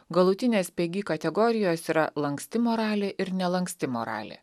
galutinės pegi kategorijos yra lanksti moralė ir nelanksti moralė